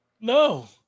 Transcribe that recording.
No